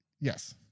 Yes